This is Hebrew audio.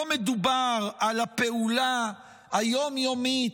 לא מדובר על הפעולה היום-יומית,